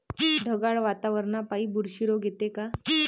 ढगाळ वातावरनापाई बुरशी रोग येते का?